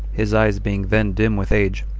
his eyes being then dim with age,